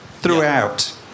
Throughout